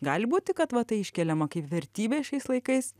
gali būti kad va tai iškeliama kaip vertybė šiais laikais